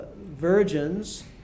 virgins